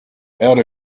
out